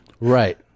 Right